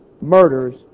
murders